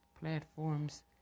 platforms